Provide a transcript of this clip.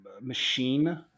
machine